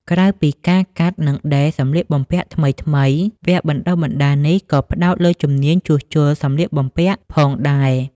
ក្រៅពីការកាត់ និងដេរសំលៀកបំពាក់ថ្មីៗ វគ្គបណ្ដុះបណ្ដាលនេះក៏ផ្តោតលើជំនាញជួសជុលសំលៀកបំពាក់ផងដែរ។